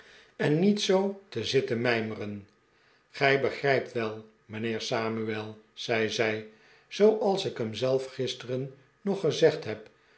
en niet zoo te zitten mijmeren gij begrijpt wel mijnheer samuel zei zij zooals ik hem zelf gisteren nog gezegd heb